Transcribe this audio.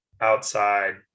outside